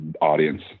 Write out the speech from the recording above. audience